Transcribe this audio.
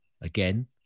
Again